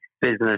business